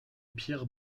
pierre